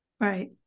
right